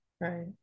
right